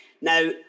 Now